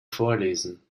vorlesen